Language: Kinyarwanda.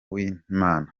w’imana